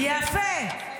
יפה.